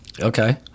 Okay